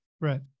right